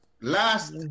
Last